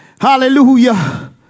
hallelujah